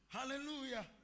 Hallelujah